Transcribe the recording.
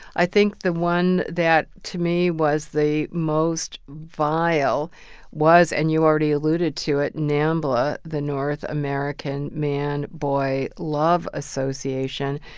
i think the one that to me was the most vile was and you already alluded to it nambla, the north american man boy love association,